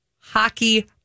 Hockey